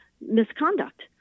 misconduct